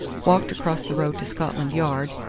walked across the road to scotland yard,